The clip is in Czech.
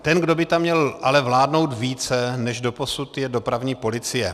Ten, kdo by tam měl ale vládnout více než doposud, je dopravní policie.